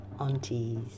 aunties